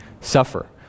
suffer